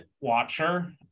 watcher